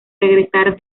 regresar